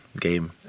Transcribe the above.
game